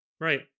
Right